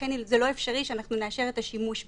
ולכן זה לא אפשרי שאנחנו נאפשר את השימוש בה.